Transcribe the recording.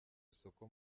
isoko